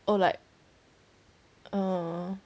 oh like err